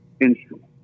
instrument